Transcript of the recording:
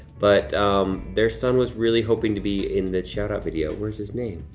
but their son was really hoping to be in the shout-out video. where's his name?